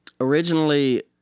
originally